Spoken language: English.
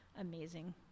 amazing